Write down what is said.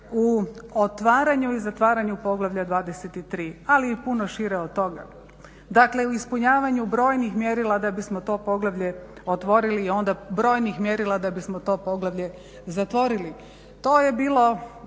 u otvaranju i zatvaranju poglavlja XXIII, ali i puno šire od toga. Dakle, u ispunjavanju brojnih mjerila da bismo to poglavlje otvorili i onda brojnih mjerila da bismo to poglavlje zatvorili. To je bilo